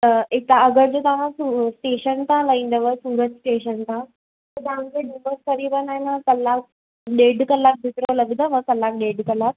ऐं तव्हां अगरि जे तव्हां टेशन तव्हां लाईंदव सूरत टेशन तव्हां त तव्हांखे डुमस करिबनि आहे न कलाकु ॾेढु कलाक जेतिरो लॻंदव कलाकु ॾेढु कलाक